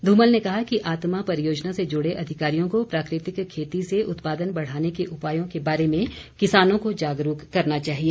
धूमल ने कहा कि आत्मा परियोजना से जुड़े अधिकारियों को प्राकृतिक खेती से उत्पादन बढ़ाने के उपायों के बारे में किसानों को जागरूक करना चाहिए